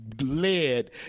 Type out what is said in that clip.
led